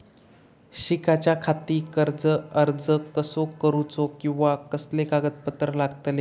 शिकाच्याखाती कर्ज अर्ज कसो करुचो कीवा कसले कागद लागतले?